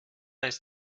ist